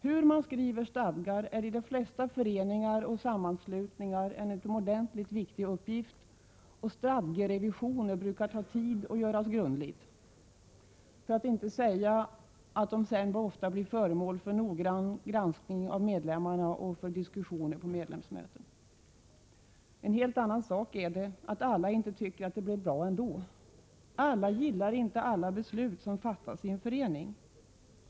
Att skriva stadgar är i de flesta föreningar och sammanslutningar en utomordentligt viktig uppgift, och stadgerevisioner brukar ta tid och göras grundligt — för att inte nämna att de sedan ofta blir föremål för noggrann granskning av medlemmarna och för diskussioner på medlemsmöten. En helt annan sak är det att alla inte tycker att det blev bra ändå. Alla gillar inte alla beslut som fattas i en förening.